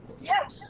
Yes